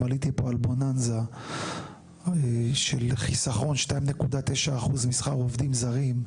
עליתי פה על בוננזה של חיסכון 2.9% משכר עובדים זרים,